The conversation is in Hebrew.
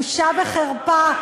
בושה וחרפה.